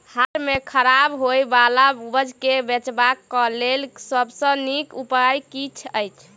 हाट मे खराब होय बला उपज केँ बेचबाक क लेल सबसँ नीक उपाय की अछि?